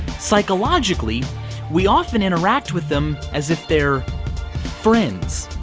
psychologically we often interact with them as if they're friends,